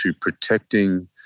protecting